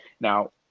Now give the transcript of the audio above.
Now